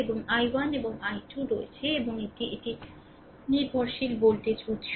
এবং i1 এবং i2 রয়েছে এবং এটি এটি নির্ভরশীল ভোল্টেজ উৎস